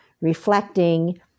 reflecting